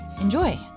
enjoy